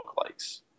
likes